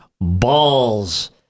Balls